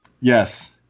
yes